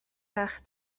fach